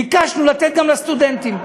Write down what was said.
ביקשנו לתת גם לסטודנטים.